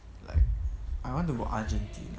like I want to go argentina